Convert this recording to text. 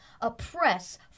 oppress